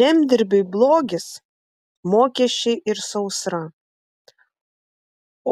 žemdirbiui blogis mokesčiai ir sausra